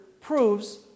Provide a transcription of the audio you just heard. proves